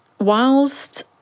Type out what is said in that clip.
whilst